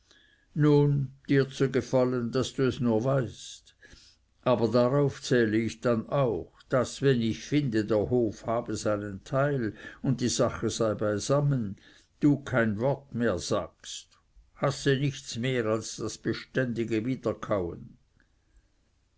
nun dir zu gefallen daß du es nur weißt aber darauf zähle ich dann auch daß wenn ich finde der hof habe seinen teil und die sache sei beisammen du kein wort mehr sagst hasse nichts mehr als das beständige wiederkauen